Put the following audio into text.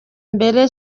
mbere